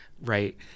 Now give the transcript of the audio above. Right